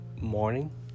morning